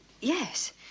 Yes